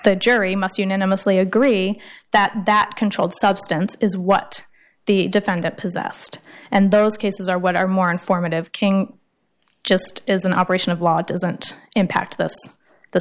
the jury must unanimously agree that that controlled substance is what the defendant possessed and those cases are what are more informative king just as an operation of law doesn't impact th